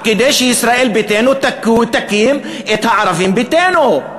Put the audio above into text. כדי שישראל ביתנו תקים את הערבים ביתנו.